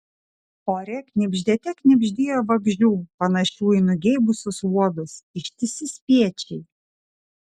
ore knibždėte knibždėjo vabzdžių panašių į nugeibusius uodus ištisi spiečiai